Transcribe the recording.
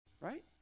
Right